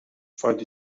find